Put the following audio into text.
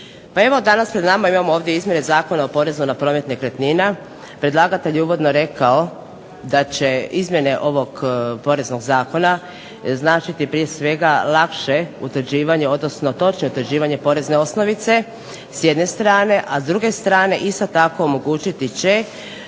danas pred nama imamo ovdje izmjene Zakona o porezu na promet nekretnina. Predlagatelj je uvodno rekao da će izmjene ovog Poreznog zakona značiti prije svega lakše utvrđivanje, odnosno točno utvrđivanje porezne osnovice, s jedne strane. A s druge strane isto tako omogućiti će